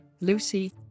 Lucy